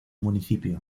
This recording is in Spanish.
municipio